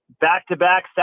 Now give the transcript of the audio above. back-to-back